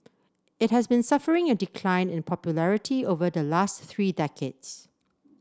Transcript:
it has been suffering a decline in popularity over the last three decades